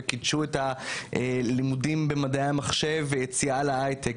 את הלימודים במדעי המחשב ואת היציאה להייטק,